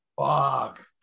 Fuck